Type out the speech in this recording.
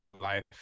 life